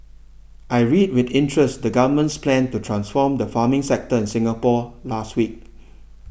I read with interest the Government's plan to transform the farming sector in Singapore last week